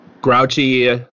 Grouchy